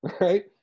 right